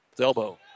elbow